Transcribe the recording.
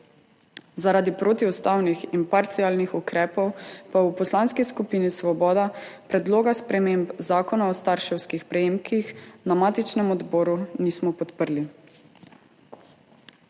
Zaradi protiustavnih in parcialnih ukrepov pa v Poslanski skupini Svoboda predloga sprememb Zakona o starševskih prejemkih na matičnem odboru nismo podprli.